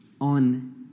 on